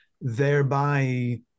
thereby